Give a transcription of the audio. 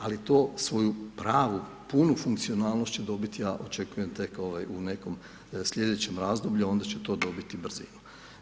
Ali to svoju pravu, punu funkcionalnost će dobiti, ja očekujem tek u nekom sljedećem razdoblju a onda će to dobiti brzinu.